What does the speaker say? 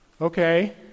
okay